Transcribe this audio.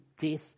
death